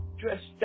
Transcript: Dressed